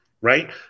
right